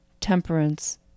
temperance